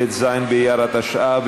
ט"ז באייר התשע"ו,